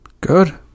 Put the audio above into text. Good